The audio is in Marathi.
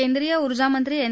केंद्रीय ऊर्जामंत्री एन